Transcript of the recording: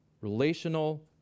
relational